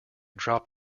dropped